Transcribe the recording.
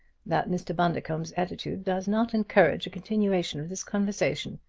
that mr. bundercombe's attitude does not encourage a continuation of this conversation.